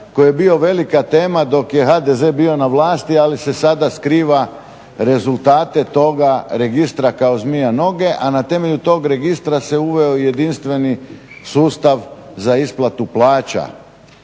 koji je bio velika tema dok je HDZ bio na vlasti, ali se sada skriva rezultate toga registra kao zmija noge, a na temelju tog registra se uveo jedinstveni sustav za isplatu plaća.